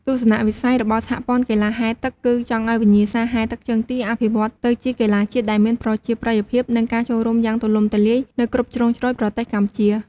ទស្សនវិស័យរបស់សហព័ន្ធកីឡាហែលទឹកគឺចង់ឲ្យវិញ្ញាសាហែលទឹកជើងទាអភិវឌ្ឍទៅជាកីឡាជាតិ ដែលមានប្រជាប្រិយភាព និងការចូលរួមយ៉ាងទូលំទូលាយនៅគ្រប់ជ្រុងជ្រោយប្រទេសកម្ពុជា។